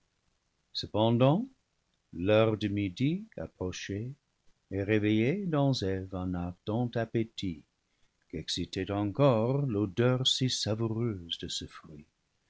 cependant l'heure de midi approchait et réveillait dans eve un ardent appétit qu'excitait encore l'odeur si savoureuse de ce fruit